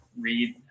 read